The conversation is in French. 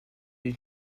une